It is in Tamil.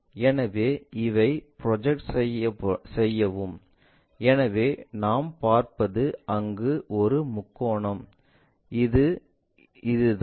எனவே இதை ப்ரொஜெக்ட் செய்யவும் எனவே நாம் பார்ப்பது அங்கு ஒரு முக்கோணம் இது இதுதான்